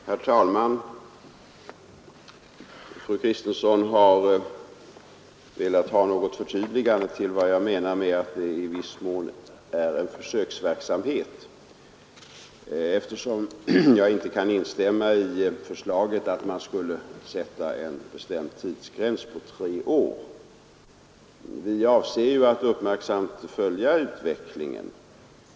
Herr talman! Fru Kristensson har med anledning av att jag inte kan instämma i förslaget om en bestämd tidsgräns på tre år för den föreslagna reformen velat få ett förtydligande av mitt uttalande att det i viss mån är fråga om en försöksverksamhet. Vi avser ju att uppmärksamt följa utvecklingen.